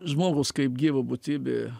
žmogus kaip gyva būtybė